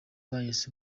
pius